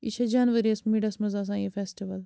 یہِ چھِ جَنؤری یَس مِڈَس منٛز آسان یہِ فیٚسٹِوَل